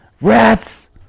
Rats